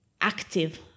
active